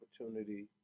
opportunity